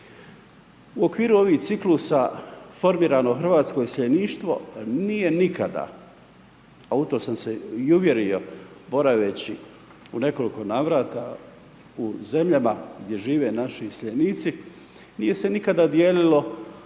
U okviru ovih ciklusa, formirano hrvatsko iseljeništvo, nije nikada, a u to sam se i uvjerio, mora već, u nekoliko navrata, u zemljama gdje žive naši iseljenici, nije se nikada dijelilo po